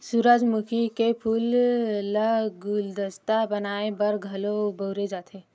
सूरजमुखी के फूल ल गुलदस्ता बनाय बर घलो बउरे जाथे